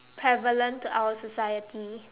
prevalent to our society